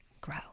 grow